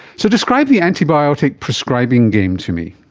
so describe the antibiotic prescribing game to me.